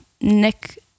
Nick